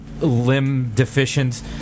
limb-deficient